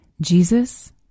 Jesus